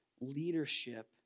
leadership